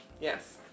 Yes